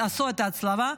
שבו עשו את ההצלבה,